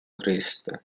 triste